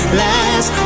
last